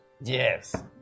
Yes